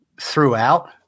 throughout